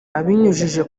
abinyujije